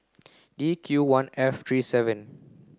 D Q one F three seven